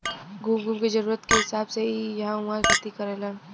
घूम घूम के जरूरत के हिसाब से इ इहां उहाँ खेती करेलन